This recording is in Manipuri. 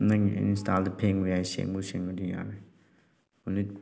ꯅꯪꯒꯤ ꯑꯦꯅꯤ ꯏꯁꯇꯥꯏꯜꯗ ꯐꯦꯡꯕ ꯌꯥꯏ ꯁꯦꯡꯕꯨ ꯁꯦꯡꯉꯗꯤ ꯌꯥꯔꯦ ꯀꯣꯜꯂꯤꯛ